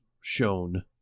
shown